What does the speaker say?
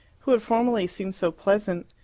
who had formerly seemed so pleasant,